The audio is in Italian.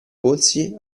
polsi